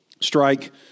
strike